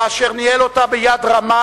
ואשר ניהל אותה ביד רמה,